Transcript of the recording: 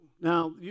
Now